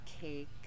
cake